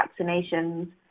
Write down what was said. vaccinations